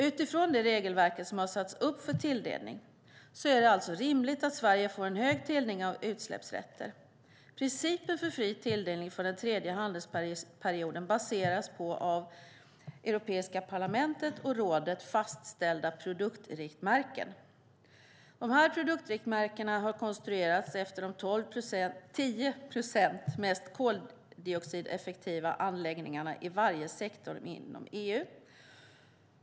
Utifrån det regelverk som har satts upp för tilldelningen är det alltså rimligt att Sverige får en hög tilldelning av utsläppsrätter. Principen för fri tilldelning för den tredje handelsperioden baseras på av Europeiska parlamentet och rådet fastställda produktriktmärken. Produktriktmärkena har konstruerats efter de 10 procent mest koldioxideffektiva anläggningarna i varje sektor inom EU.